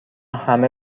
همه